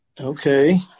Okay